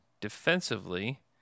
Defensively